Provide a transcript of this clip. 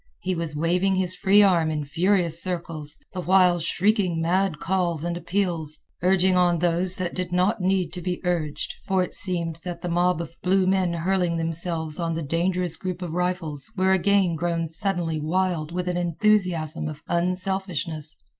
he was waving his free arm in furious circles, the while shrieking mad calls and appeals, urging on those that did not need to be urged, for it seemed that the mob of blue men hurling themselves on the dangerous group of rifles were again grown suddenly wild with an enthusiasm of unselfishness.